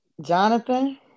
Jonathan